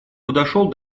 подошел